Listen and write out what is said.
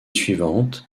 suivantes